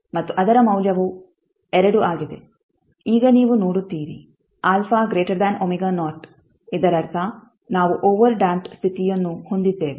ಮತ್ತು ಅದರ ಮೌಲ್ಯವು 2 ಆಗಿದೆ ಈಗ ನೀವು ನೋಡುತ್ತೀರಿ ಇದರರ್ಥ ನಾವು ಓವರ್ ಡ್ಯಾಂಪ್ಡ್ ಸ್ಥಿತಿಯನ್ನು ಹೊಂದಿದ್ದೇವೆ